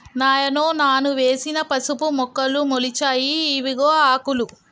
నాయనో నాను వేసిన పసుపు మొక్కలు మొలిచాయి ఇవిగో ఆకులు